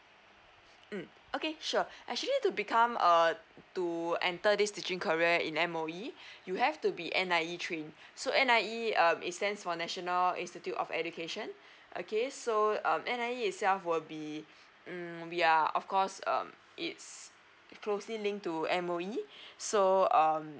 mm okay sure actually to become err to enter this teaching career in M_O_E you have to be N_I_E trained so N_I_E um is stands for national institute of education okay so um N_I_E itself will be mm will be ya of course um it's closely linked to M_O_E so um